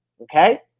Okay